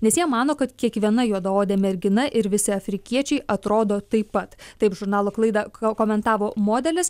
nes jie mano kad kiekviena juodaodė mergina ir visi afrikiečiai atrodo taip pat taip žurnalo klaidą ko komentavo modelis